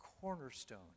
cornerstone